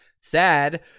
Sad